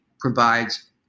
Provides